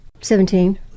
Seventeen